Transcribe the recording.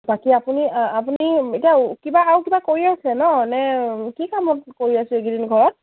বাকী আপুনি আপুনি এতিয়া কিবা আৰু কিবা কৰি আছে ন এনে কি কামত কৰি আছে এইকেইদিন ঘৰত